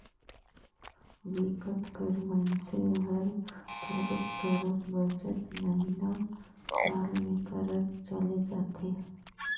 बिकट कर मइनसे हर थोरोक थोरोक बचत महिना, साल में करत चले जाथे